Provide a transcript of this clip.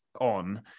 on